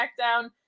SmackDown